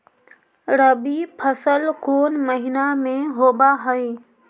रबी फसल कोन महिना में होब हई?